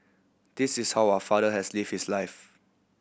this is how our father has lived his life